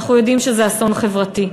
ואנחנו יודעים שזה אסון חברתי.